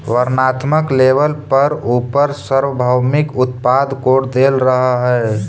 वर्णात्मक लेबल पर उपर सार्वभौमिक उत्पाद कोड देल रहअ हई